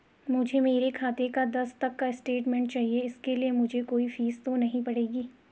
मुझे मेरे खाते का दस तक का स्टेटमेंट चाहिए इसके लिए मुझे कोई फीस तो नहीं पड़ेगी?